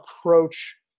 approach